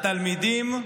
התלמידים,